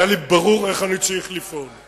היה לי ברור איך אני צריך לפעול.